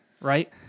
Right